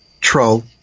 troll